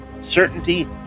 certainty